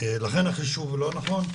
החישוב לא נכון.